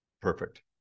perfect